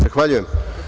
Zahvaljujem.